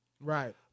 Right